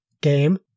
game